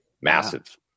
massive